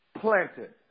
planted